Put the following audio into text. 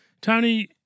Tony